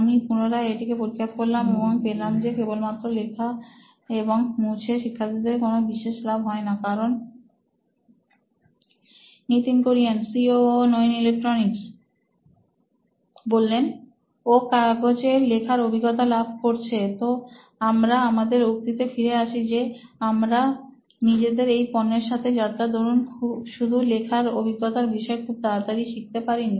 আমি পুনরায় এটাকে পরীক্ষা করলাম এবং পেলাম যে কেবলমাত্র লিখে এবং মুছে শিক্ষার্থীর কোন বিশেষ লাভ হয় না কারণ Nitin Kurian C O O electronics ও কাগজে লেখার অভিজ্ঞতা লাভ করছে তো আমরা আমাদের উক্তিতে ফিরে আসি যে আমরা নিজেদের এই পণ্যের সাথে যাত্রা দরুন শুধু লেখার অভিজ্ঞতার বিষয় খুব তাড়াতাড়ি শিখতে পারিনি